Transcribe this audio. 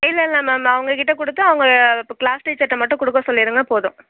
இல்லைல்ல மேம் அவங்க கிட்ட கொடுத்து அவங்க கிளாஸ் டீச்சர்கிட்ட மட்டும் கொடுக்க சொல்லிவிடுங்க போதும்